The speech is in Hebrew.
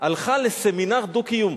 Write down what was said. הלכה לסמינר דו-קיום,